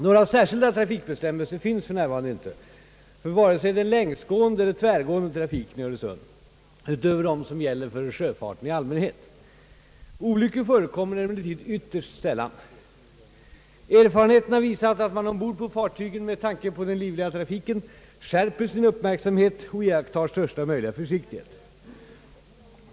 Några särskilda trafikbestämmelser finns f. n. inte för vare sig den längsgående eller tvärgående trafiken i Öresund utöver dem som gäller för sjöfarten i allmänhet. Olyckor förekommer emellertid ytterst sällan. Erfarenheten har visat, att man ombord på fartygen med tanke på den livliga trafiken skärper sin uppmärksamhet och iakttar största möjliga försiktighet.